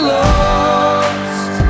lost